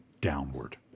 downward